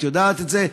את יודעת את זה,